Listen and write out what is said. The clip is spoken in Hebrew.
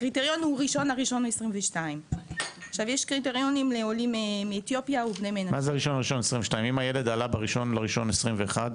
הקריטריון הוא 1.1.2022. אם הילד עלה ב-1.1.2021,